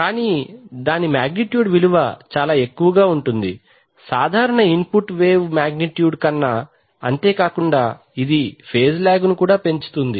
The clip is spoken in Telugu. కానీ దాని మాగ్నిట్యూడ్ విలువ చాలా ఎక్కువగా ఉంటుంది సాధారణ ఇన్ పుట్ వేవ్ మాగ్నిట్యూడ్ కన్నా అంతే కాకుండా ఇది ఫేజ్ ల్యాగ్ పెంచుతుంది